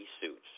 suits